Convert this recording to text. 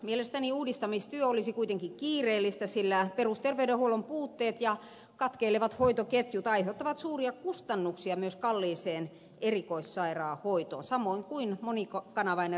mielestäni uudistamistyö olisi kui tenkin kiireellistä sillä perusterveydenhuollon puutteet ja katkeilevat hoitoketjut aiheuttavat suuria kustannuksia myös kalliiseen erikoissairaanhoitoon samoin kuin monikanavainen rahoitusjärjestelmämme